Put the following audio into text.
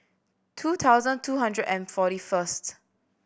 two thousand two hundred and forty first